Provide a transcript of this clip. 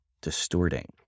distorting